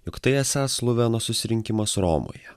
jog tai esąs luveno susirinkimas romoje